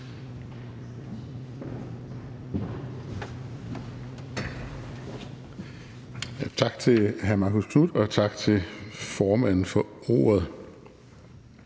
Tak til hr. Marcus Knuth, og tak til formanden for ordet.